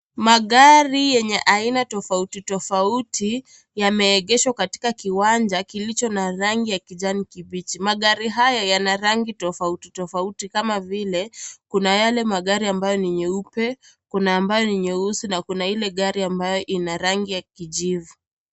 Magari yenye aina tofauti tofauti yameegeshwa katika kiwanja kilichi na rangi ya kijani kibichi magari haya yana rangi tofauti tofauti kama vile kuna yale magari ambayo ni meupe kuna ambayo ni meusi na Kuna Ile gari ambayo ina rangi ya kijivu.